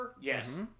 yes